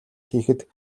хийхэд